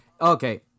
Okay